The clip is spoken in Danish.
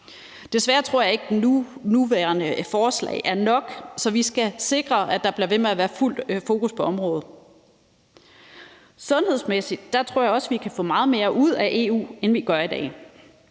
Desværre tror jeg ikke, at det nuværende forslag er nok, så vi skal sikre, at der bliver ved med at være fuldt fokus på området. Sundhedsmæssigt tror jeg også, at vi kan få meget mere ud af EU, end vi gør i dag.